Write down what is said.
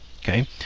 Okay